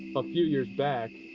a few years back,